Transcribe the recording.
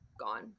gone